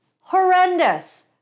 Horrendous